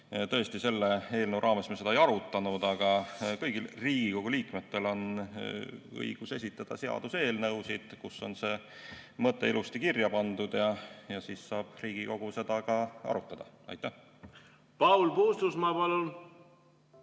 Tõesti, selle eelnõu raames me seda ei arutanud, aga kõigil Riigikogu liikmetel on õigus esitada seaduseelnõusid, kus on see mõte ilusti kirja pandud, ja siis saab Riigikogu seda ka arutada. Mul läks nüüd küll